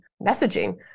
messaging